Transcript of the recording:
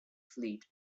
fleet